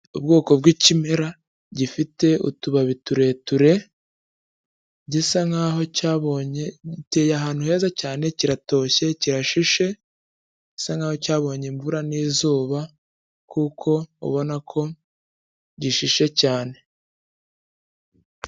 Ubwoko bw'ikimera gifite utubabi tureture, gisa nkaho cyabonye, giteye ahantu heza cyane kiratoshye kirashishe, gisa nkaho cyabonye imvura n'izuba kuko ubona ko gishishe cyane.